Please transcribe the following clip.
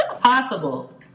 possible